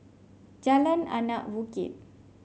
Jalan Anak Bukit